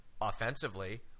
offensively